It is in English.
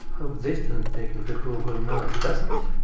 hope this doesn't take to google. no it doesn't.